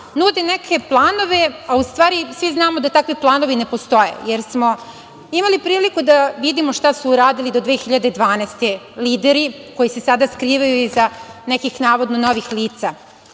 nude neke planove, a u stvari svi znamo da takvi planovi ne postoje, jer smo imali priliku da vidimo šta su uradili do 2012. godine, lideri koji se sada skrivaju iza nekakvih navodno novih lica.